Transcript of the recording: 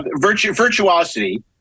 Virtuosity